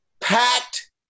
packed